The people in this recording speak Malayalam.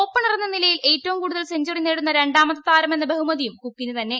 ഓപ്പണറെന്ന നിലയിൽ ഏറ്റവും കൂടുതൽ സെഞ്ചറി നേടുന്ന രണ്ടാമത്തെ താരമെന്ന ബഹുമതിയും കുക്കിന് തന്നെ